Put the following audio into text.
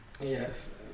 Yes